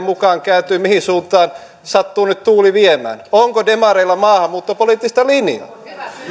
mukaan kääntyy mihin suuntaan sattuu nyt tuuli viemään onko demareilla maahanmuuttopoliittista linjaa